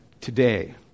today